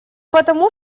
потому